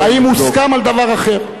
האם הוסכם על דבר אחר?